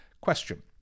question